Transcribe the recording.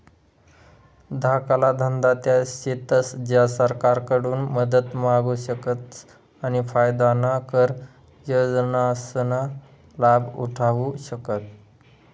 धाकला धंदा त्या शेतस ज्या सरकारकडून मदत मांगू शकतस आणि फायदाना कर योजनासना लाभ उठावु शकतस